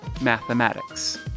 mathematics